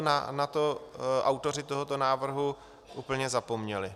Na to autoři tohoto návrhu úplně zapomněli.